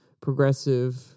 progressive